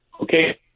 okay